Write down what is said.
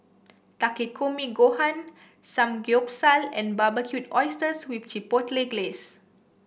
Takikomi Gohan Samgyeopsal and Barbecued Oysters with Chipotle Glaze